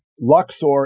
Luxor